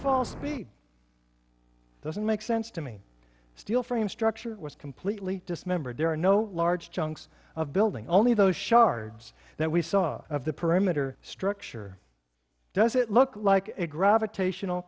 fall speed doesn't make sense to me steel frame structure was completely dismembered there are no large chunks of building only those shards that we saw of the perimeter structure does it look like a gravitational